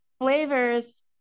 flavors